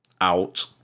out